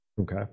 Okay